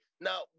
Now